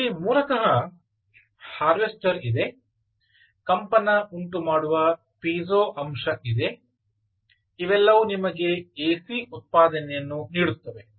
ಇಲ್ಲಿ ಮೂಲತಃ ಹಾರ್ವೆಸ್ಟರ್ ಇದೆ ಕಂಪನ ಉಂಟುಮಾಡುವ ಪೈಜೊ ಅಂಶ ಇದೆ ಇವೆಲ್ಲವೂ ನಿಮಗೆ ಎಸಿ ಉತ್ಪಾದನೆಯನ್ನು ನೀಡುತ್ತದೆ